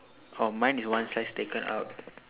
oh mine is one slice taken out